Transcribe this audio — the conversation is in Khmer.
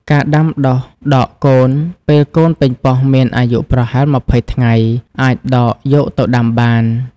ការដាំដុះដកកូន ពេលកូនប៉េងប៉ោះមានអាយុប្រហែល ២០ ថ្ងៃ អាចដកយកទៅដាំបាន។